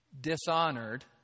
dishonored